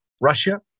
Russia